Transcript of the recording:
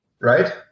Right